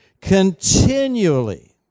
continually